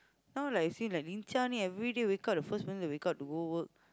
now like you see like lincah everyday wake up the first morning wake up they go work